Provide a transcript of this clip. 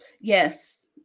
Yes